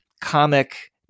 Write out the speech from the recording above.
comic